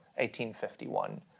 1851